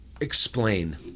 Explain